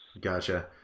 Gotcha